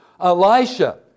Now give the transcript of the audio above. Elisha